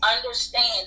understand